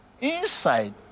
inside